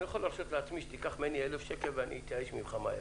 לא יכול להרשות לעצמי שתיקח ממני 1,000 שקל ואני אתייאש ממך מהר,